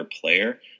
player